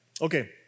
okay